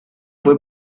fue